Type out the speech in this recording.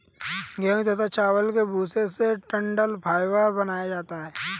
गेहूं तथा चावल के भूसे से डठंल फाइबर बनाया जाता है